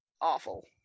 awful